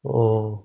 oh